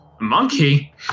monkey